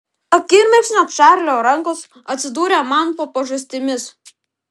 akimirksniu čarlio rankos atsidūrė man po pažastimis